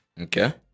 Okay